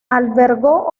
albergó